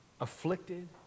afflicted